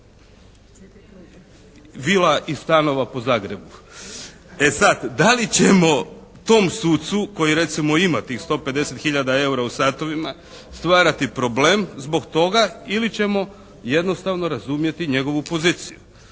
Vila i stanova po Zagrebu. E sad da li ćemo tom sucu koji recimo ima tih 150 hiljada EUR-a po satovima stvarati problem zbog toga ili ćemo jednostavno razumjeti njegovu poziciju.